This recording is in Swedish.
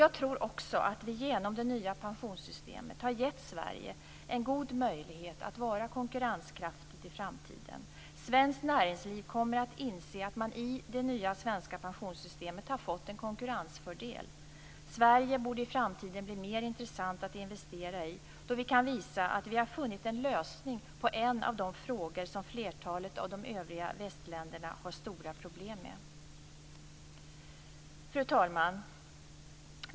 Jag tror också att vi genom det nya pensionssystemet har gett Sverige en god möjlighet att vara konkurrenskraftigt i framtiden. Inom svenskt näringsliv kommer man att inse att man i det nya svenska pensionssystemet har fått en konkurrensfördel. Sverige borde i framtiden bli mer intressant att investera i, då vi kan visa att vi har funnit ett svar på en av de frågor som flertalet av de övriga västländerna har stora problem med. Fru talman!